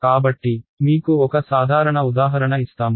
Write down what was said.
కాబట్టి మీకు ఒక సాధారణ ఉదాహరణ ఇస్తాము